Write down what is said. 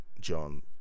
john